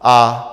A